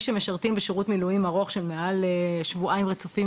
שמשרתים בשירות מילואים ארוך של מעל שבועיים רצופים,